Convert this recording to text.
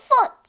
foot